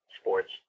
sports